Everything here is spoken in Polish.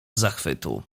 zachwytu